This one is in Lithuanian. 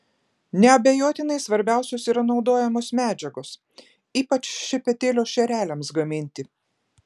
neabejotinai svarbiausios yra naudojamos medžiagos ypač šepetėlio šereliams gaminti